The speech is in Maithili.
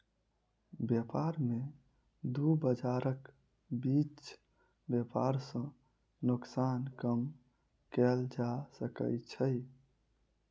व्यापार में दू बजारक बीच व्यापार सॅ नोकसान कम कएल जा सकै छै